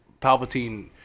Palpatine